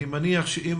אני מניח שאם